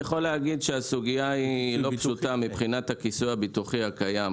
אני יכול להגיד שהסוגיה לא פשוטה מבחינת הכיסוי הביטוחי הקיים.